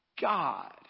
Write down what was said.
God